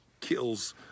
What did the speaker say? kills